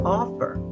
offer